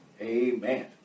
Amen